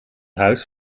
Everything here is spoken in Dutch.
huis